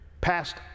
passed